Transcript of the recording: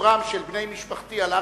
קברם של בני משפחתי על הר-הזיתים,